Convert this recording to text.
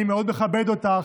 אני מאוד מכבד אותך,